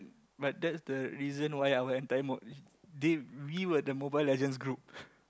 but that's the reason why our entire they we we were the Mobile-Legends group